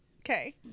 okay